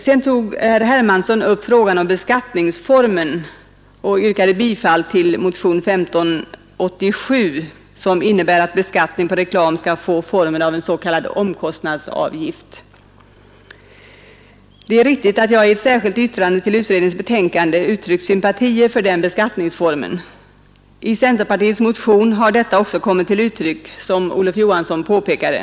Herr Hermansson tog upp frågan om beskattningsformen och anser att den borde fått formen av en s.k. omkostnadsavgift. Det är riktigt att jag i ett särskilt yttrande till utredningens betänkande uttryckt sympatier för den beskattningsformen. Sådana sympatier har också kommit till uttryck i centerpartiets motion, såsom Olof Johansson påpekade.